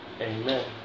Amen